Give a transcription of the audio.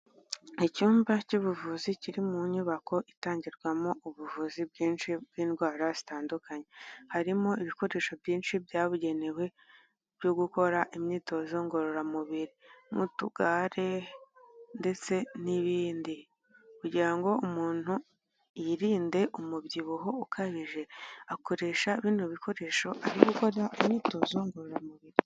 Icyumba cy'ubuvuzi kiri mu nyubako itangirwamo ubuvuzi bwinshi bw'indwara zitandukanye, harimo ibikoresho byinshi byabugenewe byo gukora imyitozo ngororamubiri nk' utugare ndetse n'ibindi. kugira ngo umuntu yirinde umubyibuho ukabije akoresha bino bikoresho ari gukora imyitozo ngororamubiri.